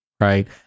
right